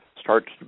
starts